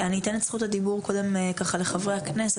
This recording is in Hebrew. אני אתן את זכות הדיבור קודם לחברי הכנסת,